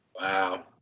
Wow